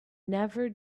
never